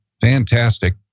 Fantastic